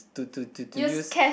to to to to use